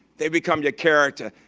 they become your character.